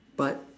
but